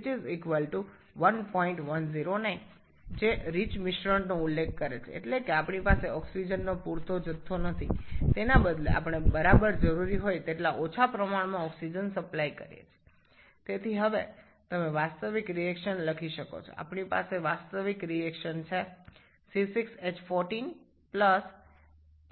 151651367 1109 যা একটি সমৃদ্ধ মিশ্রণকে বোঝায় যে আমাদের পর্যাপ্ত পরিমাণ অক্সিজেন নেই বরং আমরা ঠিক যতটা প্রয়োজন তার কম অক্সিজেন সরবরাহ করছি সুতরাং এখন আপনি প্রকৃত প্রতিক্রিয়া লিখতে পারেন